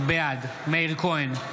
בעד מאיר כהן,